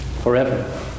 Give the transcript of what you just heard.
forever